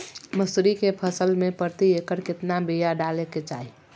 मसूरी के फसल में प्रति एकड़ केतना बिया डाले के चाही?